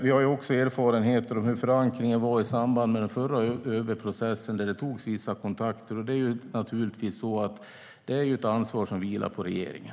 Vi har också erfarenheter av hurdan förankringen var i samband med den förra ÖB-processen, där det togs vissa kontakter. Detta är naturligtvis ett ansvar som vilar på regeringen.